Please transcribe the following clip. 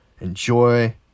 enjoy